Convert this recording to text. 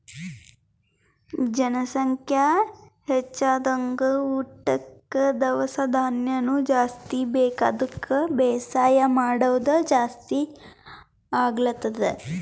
ಜನಸಂಖ್ಯಾ ಹೆಚ್ದಂಗ್ ಊಟಕ್ಕ್ ದವಸ ಧಾನ್ಯನು ಜಾಸ್ತಿ ಬೇಕ್ ಅದಕ್ಕ್ ಬೇಸಾಯ್ ಮಾಡೋದ್ ಜಾಸ್ತಿ ಆಗ್ಲತದ್